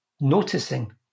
noticing